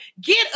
Get